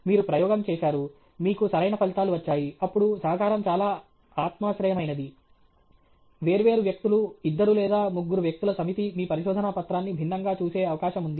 మీరు ప్రయోగం చేసారు మీకు సరైన ఫలితాలు వచ్చాయి అప్పుడు సహకారం చాలా ఆత్మాశ్రయమైనది వేర్వేరు వ్యక్తులు ఇద్దరు లేదా ముగ్గురు వ్యక్తుల సమితి మీ పరిశోదన పత్రాన్ని భిన్నంగా చూసే అవకాశం ఉంది